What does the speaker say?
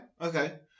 okay